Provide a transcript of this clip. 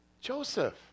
Joseph